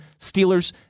Steelers